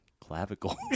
clavicle